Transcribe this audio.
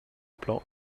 plan